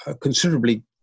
considerably